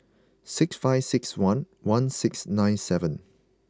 six five six one one six nine seven